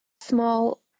small